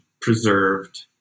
preserved